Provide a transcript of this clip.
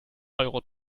euro